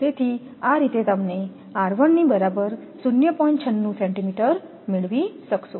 તેથી આ રીતે તમે મેળવી શકો છો